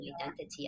identity